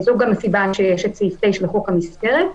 זו גם הסיבה שיש סעיף 6 לחוק המסגרת.